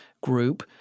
group